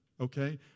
okay